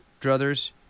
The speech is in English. druthers